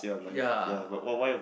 ya